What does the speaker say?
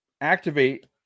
activate